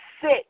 sit